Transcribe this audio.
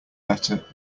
better